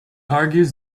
argues